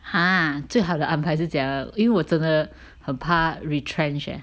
!huh! 最好的安排是怎样因为我真的很怕 retrench eh